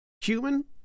human